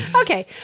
Okay